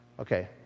Okay